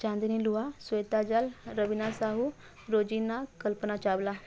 ଚାନ୍ଦିନୀ ଲୁଆ ସ୍ୱେତା ଜାଲ୍ ରବିନା ସାହୁ ରୋଜିନା କଳ୍ପନା ଚାୱଲା